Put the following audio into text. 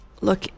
look